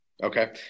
Okay